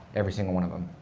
every single one of them.